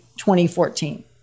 2014